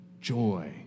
Joy